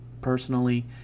personally